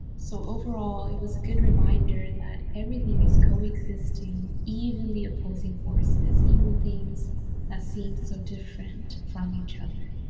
so overall it was a good reminder that everything is co-existing even the opposing forces and even things that seem so different from each other.